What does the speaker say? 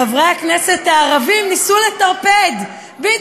חברי הכנסת הערבים ניסו לטרפד, הערבים והמתנחלים?